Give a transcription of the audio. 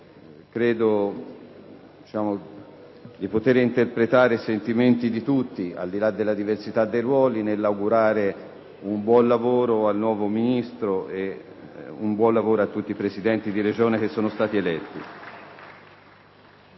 Credo di interpretare i sentimenti di tutti, al di là della diversità dei ruoli, nell'augurare buon lavoro al nuovo Ministro e a tutti i Presidenti di Regione eletti.